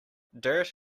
dirt